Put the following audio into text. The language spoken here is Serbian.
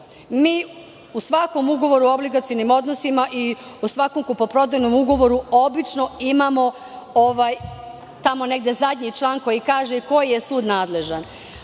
svakom ugovoru o obligacionim odnosima i u svakom kupoprodajnom ugovoru imamo, tamo negde, zadnji član koji kaže koji je sud nadležan.